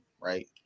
Right